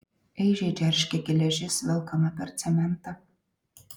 aižiai džeržgė geležis velkama per cementą